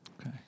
Okay